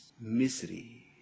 misery